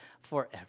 forever